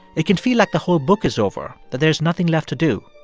it can feel like the whole book is over, that there's nothing left to do,